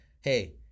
hey